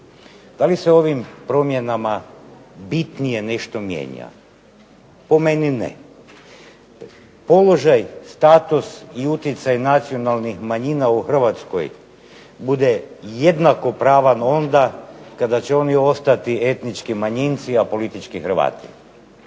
Da li se ovim promjenama bitnije nešto mijenja, po meni ne. Položaj, status i utjecaj nacionalnih manjina u Hrvatskoj bude jednakopravan onda kada će oni ostati etnički manjinci a politički Hrvati.